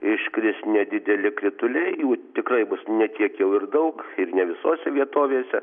iškris nedideli krituliai jų tikrai bus ne tiek jau ir daug ir ne visose vietovėse